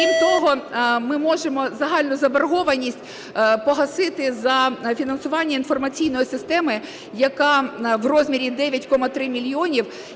Крім того, ми можемо загальну заборгованість погасити за фінансування інформаційної системи, яка в розмірі 9,3 мільйонів,